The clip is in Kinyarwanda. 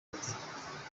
ati